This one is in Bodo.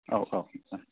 औ औ